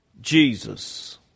Jesus